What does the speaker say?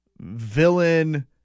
villain